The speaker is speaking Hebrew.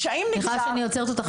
סליחה שאני עוצרת אותך,